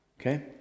Okay